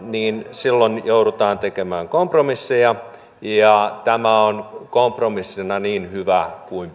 niin silloin joudutaan tekemään kompromisseja ja tämä on kompromissina niin hyvä kuin